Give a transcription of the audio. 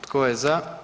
Tko je za?